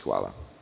Hvala.